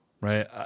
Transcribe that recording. right